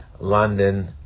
London